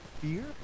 fear